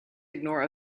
ignore